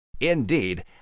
Indeed